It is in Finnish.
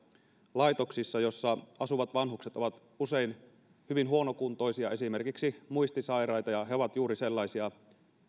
laitoksissa joissa asuvat vanhukset ovat usein hyvin huonokuntoisia esimerkiksi muistisairaita ja he ovat juuri sellaisia